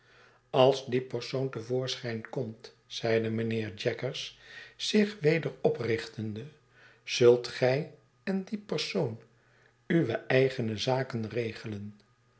als die persoon te voorschijn komt zeide mijnheer jaggers zich weder oprichtende zult gij en die persoon uwe eigene zaken regelen